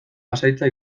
pasahitza